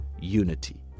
unity